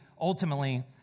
ultimately